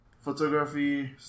Photography